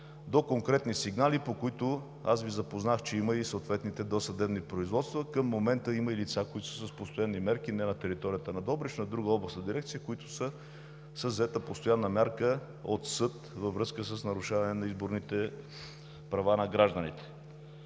до конкретни сигнали, по които аз Ви запознах, че има и съответните досъдебни производства. Към момента има и лица, които са с постоянни мерки не на територията на Добрич, на друга областна дирекция, които са с взета постоянна мярка от съд във връзка с нарушаване на изборните права на гражданите.